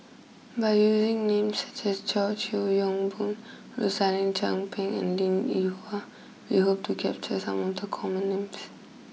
by using names such as George Yeo Yong Boon Rosaline Chan Pang and Linn in Hua we hope to capture some of the common names